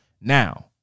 Now